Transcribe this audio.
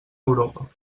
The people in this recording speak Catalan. europa